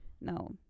No